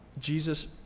Jesus